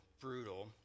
Brutal